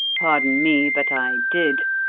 pardon me, but i did,